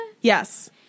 Yes